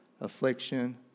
affliction